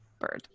bird